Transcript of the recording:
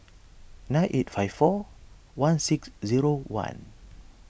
nine eight five four one six zero one